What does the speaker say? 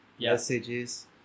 messages